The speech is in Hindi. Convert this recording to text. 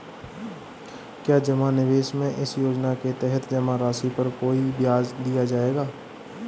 क्या जमा निवेश में इस योजना के तहत जमा राशि पर कोई ब्याज दिया जाएगा?